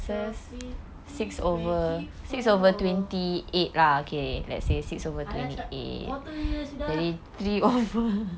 six times twenty four !alah! cakap quarter sudah lah